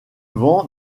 vent